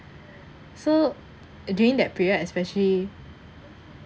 so during that period especially